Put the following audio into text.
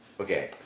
okay